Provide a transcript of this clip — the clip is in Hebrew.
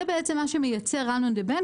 זה בעצם מה שמייצר run on the banks,